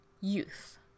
youth